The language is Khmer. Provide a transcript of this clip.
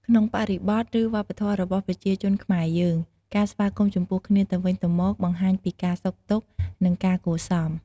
ក្នុងបរិបទ ឬ វប្បធម៌របស់ប្រជាជនខ្មែរយើង ការស្វាគមន៍ចំពោះគ្នាទៅវិញទៅមក បង្ហាញពីការសុខទុក្ខ និងការគួរសម។